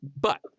But-